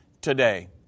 today